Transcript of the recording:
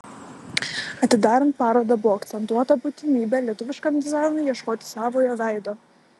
atidarant parodą buvo akcentuota būtinybė lietuviškam dizainui ieškoti savojo veido